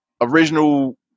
original